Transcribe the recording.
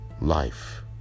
life